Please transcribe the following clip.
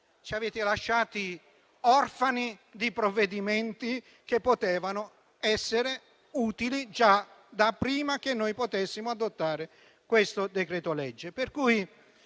Ci avete lasciati orfani di provvedimenti che potevano essere utili già da prima che noi potessimo adottare questo decreto-legge.